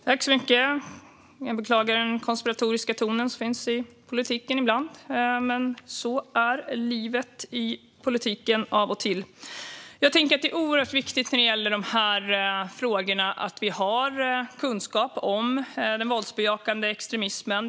Herr ålderspresident! Jag beklagar den konspiratoriska ton som finns, men så är livet i politiken av och till. När det gäller dessa frågor är det oerhört viktigt att vi har kunskap om den våldsbejakande extremismen.